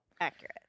Accurate